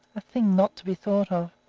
a thing not to be thought of.